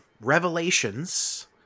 Revelations